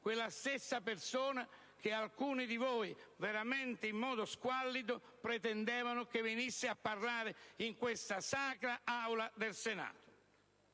quella stessa persona che alcuni di voi, veramente in modo squallido**,** pretendevano venisse a parlare in questa sacra Aula del Senato.